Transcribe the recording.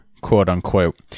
quote-unquote